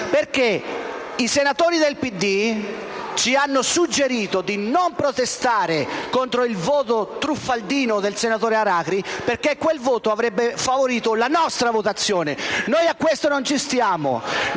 i senatori del PD ci hanno suggerito di non protestare contro il voto truffaldino del senatore Aracri perché quel voto avrebbe favorito la nostra votazione. Noi a questo non ci stiamo.